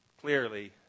Clearly